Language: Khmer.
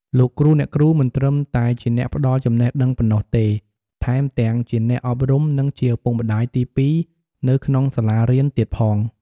លោកគ្រូ អ្នកគ្រូ មិនត្រឹមតែជាអ្នកផ្ដល់ចំណេះដឹងប៉ុណ្ណោះទេ ថែមទាំងជាអ្នកអប់រំ និងជាឪពុកម្ដាយទីពីរនៅក្នុងសាលារៀនទៀតផង។